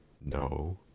No